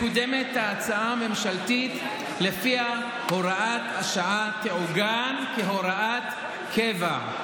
מקודמת ההצעה הממשלתית שלפיה הוראת השעה תעוגן כהוראת קבע.